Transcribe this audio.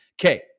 Okay